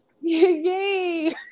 Yay